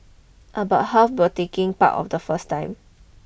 about half were taking part of the first time